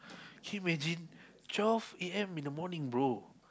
can you imagine twelve A_M in the morning bro